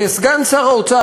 סגן שר האוצר,